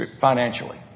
financially